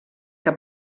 que